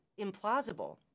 implausible